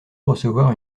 recevoir